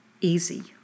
easy